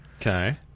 Okay